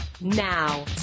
Now